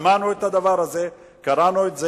שמענו את הדבר הזה, קראנו את זה.